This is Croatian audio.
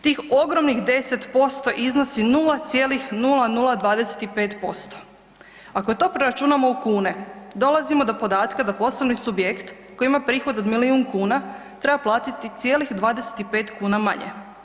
Tih ogromnih 10% iznosi 0,0025%, ako to preračunamo u kune dolazimo do podatka da poslovni subjekt koji ima prihod od milijun kuna treba platiti cijelih 25 kuna manje.